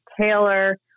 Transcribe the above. Taylor